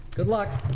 good luck,